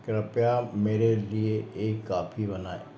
कृपया मेरे लिए एक काफ़ी बनाएँ